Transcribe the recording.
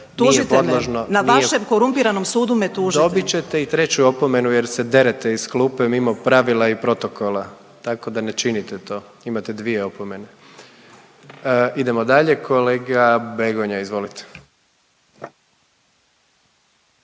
…/Tužite me, na vašem korumpiranom sudu me tužite./… **Jandroković, Gordan (HDZ)** Dobit ćete i treću opomenu jer se derete iz klupe mimo pravila i protokola. Tako da ne činite to. Imate dvije opomene. Idemo dalje, kolega Begonja, izvolite.